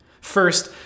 First